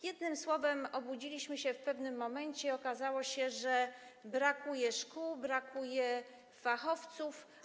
Jednym słowem obudziliśmy się w pewnym momencie i okazało się, że brakuje szkół, brakuje fachowców.